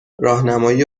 راهنمایی